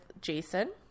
Jason